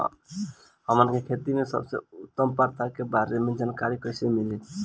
हमन के खेती में सबसे उत्तम प्रथा के बारे में जानकारी कैसे मिली?